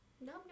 No